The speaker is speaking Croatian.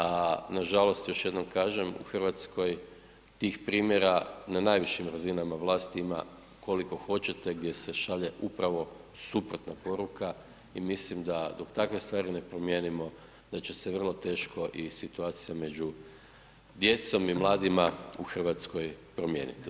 A nažalost, još jednom kažem u Hrvatskoj tih primjera na najvišim razinama vlast ima koliko hoćete gdje se šalje upravo suprotna poruka i mislim da dok takve stvari ne promijenimo da će se vrlo teško i situacija među djecom i mladima u Hrvatskoj promijeniti.